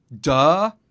duh